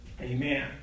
Amen